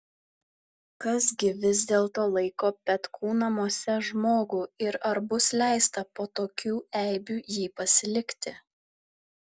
kas gi vis dėlto laiko petkų namuose žmogų ir ar bus leista po tokių eibių jį pasilikti